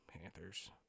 Panthers